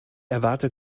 erwarte